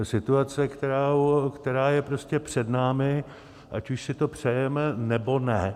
Situace, která je prostě před námi, ať už si to přejeme, nebo ne.